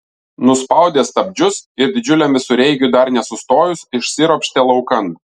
nuspaudė stabdžius ir didžiuliam visureigiui dar nesustojus išsiropštė laukan